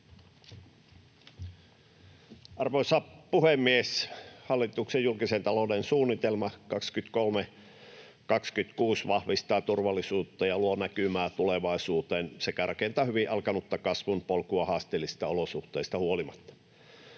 Arvoisa puhemies! Hallituksen julkisen talouden suunnitelma 23—26 vahvistaa turvallisuutta ja luo näkymää tulevaisuuteen sekä rakentaa hyvin alkanutta kasvun polkua haasteellisista olosuhteista huolimatta.